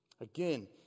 Again